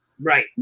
Right